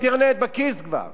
אז איך אתה רוצה לבלום,